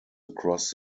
across